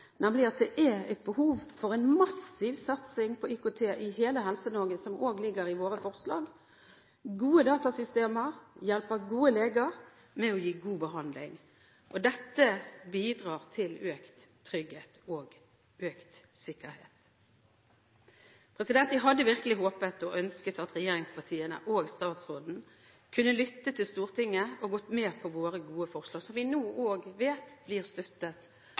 nemlig at det er et behov for en massiv satsning på IKT i hele Helse-Norge, noe som òg ligger i vårt forslag. Gode datasystemer hjelper gode leger med å gi god behandling. Dette bidrar til økt trygghet og økt sikkerhet. Jeg hadde virkelig håpet og ønsket at regjeringspartiene og statsråden kunne ha lyttet til Stortinget og gått med på vårt gode forslag, som vi nå òg vet blir støttet